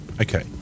Okay